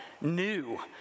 new